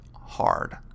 hard